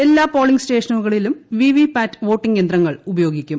എല്ലാ പോളിംഗ് സ്റ്റേഷനുകളിലും VVPAT voting യന്ത്രങ്ങൾ ഉപ്പ്യോഗിക്കും